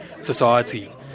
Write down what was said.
society